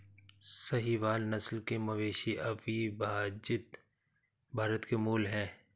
साहीवाल नस्ल के मवेशी अविभजित भारत के मूल हैं